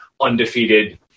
undefeated